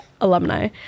alumni